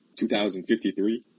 2053